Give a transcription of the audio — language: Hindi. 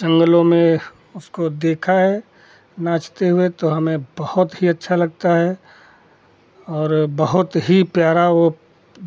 जंगलों में उसको देखा है नाचते हुए तो हमें बहुत ही अच्छा लगता है और बहुत ही प्यारा वह